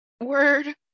word